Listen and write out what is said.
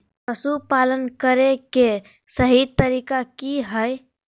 पशुपालन करें के सही तरीका की हय?